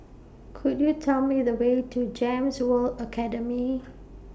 Could YOU Tell Me The Way to Gems World Academy